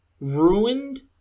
ruined